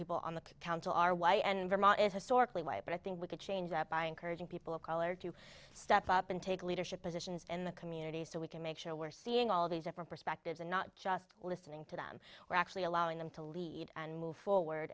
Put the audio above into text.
people on the council are white and vermont is historically why but i think we can change that by encouraging people of color to step up and take leadership positions in the community so we can make sure we're seeing all these different perspectives and not just listening to them or actually allowing them to lead and move forward